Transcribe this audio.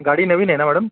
गाडी नवीन आहे ना मॅडम